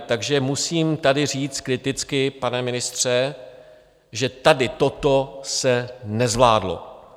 Takže musím tady říct kriticky, pane ministře, že tady toto se nezvládlo.